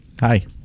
hi